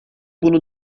bunu